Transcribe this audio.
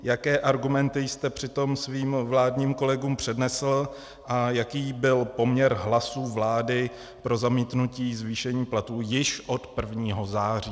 Jaké argumenty jste přitom svým vládním kolegům přednesl a jaký byl poměr hlasů vlády pro zamítnutí zvýšení platů již od 1. září?